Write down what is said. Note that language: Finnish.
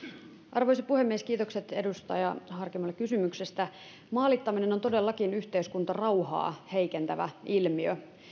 arvoisa puhemies kiitokset edustaja harkimolle kysymyksestä maalittaminen on todellakin yhteiskuntarauhaa heikentävä ilmiö